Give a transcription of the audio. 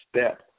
step